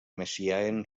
messiaen